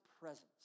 presence